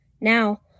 Now